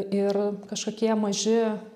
ir kažkokie maži